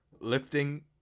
lifting